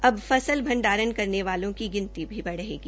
अब फसल भंडारण करने वालों की गिनती भी बढ़ेगी